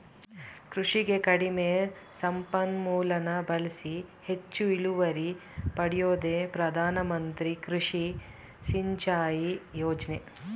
ಕೃಷಿಗೆ ಕಡಿಮೆ ಸಂಪನ್ಮೂಲನ ಬಳ್ಸಿ ಹೆಚ್ಚು ಇಳುವರಿ ಪಡ್ಯೋದೇ ಪ್ರಧಾನಮಂತ್ರಿ ಕೃಷಿ ಸಿಂಚಾಯಿ ಯೋಜ್ನೆ